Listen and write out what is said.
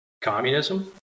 Communism